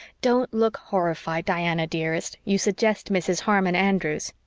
don't look horrified, diana dearest. you suggest mrs. harmon andrews.